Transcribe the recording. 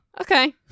okay